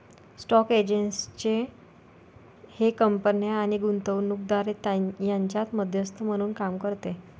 stock exchange हे कंपन्या आणि गुंतवणूकदार यांच्यात मध्यस्थ म्हणून काम करते